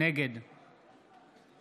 נגד